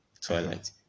Twilight